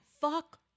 fuck